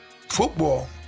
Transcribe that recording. football